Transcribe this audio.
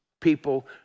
people